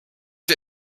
wir